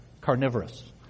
carnivorous